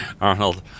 Arnold